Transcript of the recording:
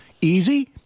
Easy